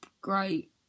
great